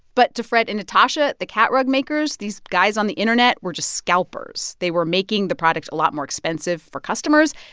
but to fred and natasha, the cat rug makers, these guys on the internet were just scalpers. they were making the product a lot more expensive for customers.